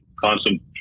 constant